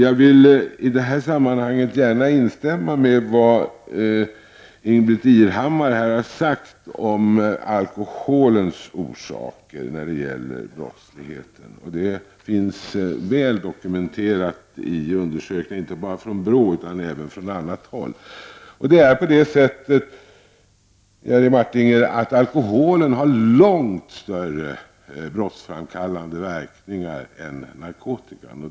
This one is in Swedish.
Jag vill i detta sammanhang gärna instämma i vad Ingbritt Irhammar har sagt om alkoholens orsaker när det gäller brottslighet. Detta finns väl dokumenterat i undersökningar inte bara från BRÅ, utan även från annat håll. Alkoholen har, Jerry Martinger, långt större brottsframkallande verkningar än narkotikan.